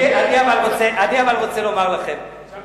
אני אבל רוצה לומר לכם,